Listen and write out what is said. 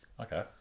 Okay